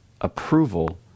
Approval